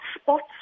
spots